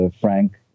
Frank